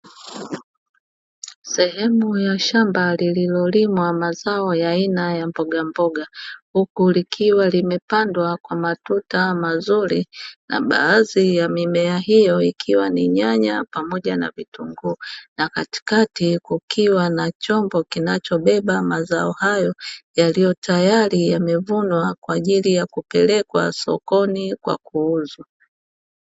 Sehemu ya shamba lililolimwa mazao ya aina ya mbogamboga, huku likiwa limepandwa kwa matuta mazuri na baadhi ya mimea hiyo ikiwa ni nyanya pamoja na vitunguu. Na katikati kukiwa na chombo kinachobeba mazao hayo yaliyo tayari yamevunwa kwa ajili ya kupelekwa sokoni kwa kuuzwa.